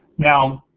now,